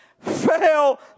fail